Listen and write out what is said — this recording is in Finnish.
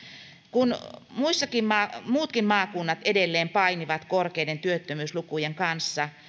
kun muutkin maakunnat edelleen painivat korkeiden työttömyyslukujen kanssa